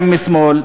גם משמאל,